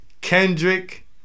Kendrick